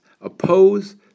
oppose